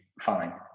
fine